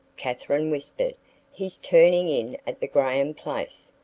katherine whispered he's turning in at the graham place.